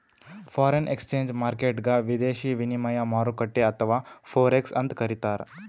foreign exchange ಮಾರ್ಕೆಟ್ಗ್ ವಿದೇಶಿ ವಿನಿಮಯ ಮಾರುಕಟ್ಟೆ ಅಥವಾ ಫೋರೆಕ್ಸ್ ಅಂತ್ ಕರಿತಾರ್